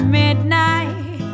midnight